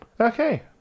Okay